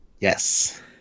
Yes